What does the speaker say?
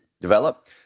develop